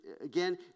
Again